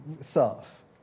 serve